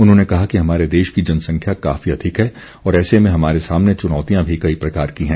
उन्होंने कहा कि हमारे देश की जनसंख्या काफी अधिक है और ऐसे में हमारे सामने चुनौतियां भी कई प्रकार की हैं